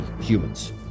humans